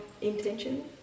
intention